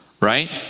right